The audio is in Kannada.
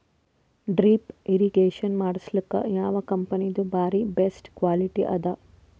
ಡ್ರಿಪ್ ಇರಿಗೇಷನ್ ಮಾಡಸಲಕ್ಕ ಯಾವ ಕಂಪನಿದು ಬಾರಿ ಬೆಸ್ಟ್ ಕ್ವಾಲಿಟಿ ಅದ?